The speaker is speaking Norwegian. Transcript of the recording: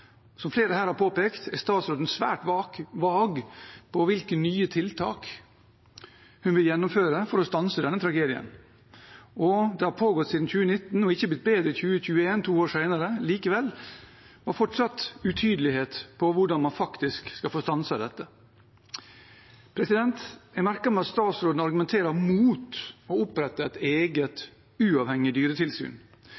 Som flere her har påpekt, er statsråden svært vag på hvilke nye tiltak hun vil gjennomføre for å stanse denne tragedien. Det har pågått siden 2019 og ikke blitt bedre i 2021, to år senere. Likevel er det fortsatt utydelighet om hvordan man faktisk skal få stanset dette. Jeg merker meg at statsråden argumenterer mot å opprette et eget